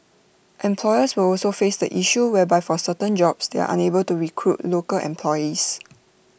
employers will also face the issue whereby for certain jobs they are unable to recruit local employees